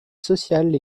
sociale